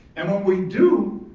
and when we do,